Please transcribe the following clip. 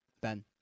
Ben